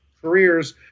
careers